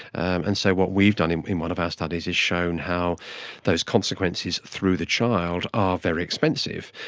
and so what we've done in in one of our studies is shown how those consequences through the child are very expensive.